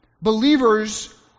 Believers